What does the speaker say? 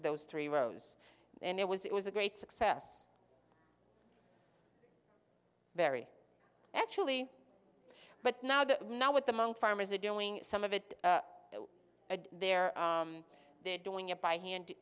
those three rows and it was it was a great success very actually but now that now with the monks farmers are doing some of it there they're doing it by hand